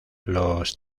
los